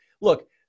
look